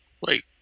Wait